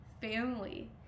family